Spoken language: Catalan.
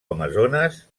amazones